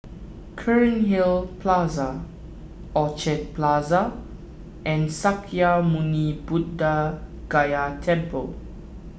Cairnhill Plaza Orchard Plaza and Sakya Muni Buddha Gaya Temple